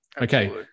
Okay